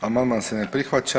Amandman se ne prihvaća.